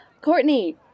Courtney